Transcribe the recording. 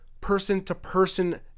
person-to-person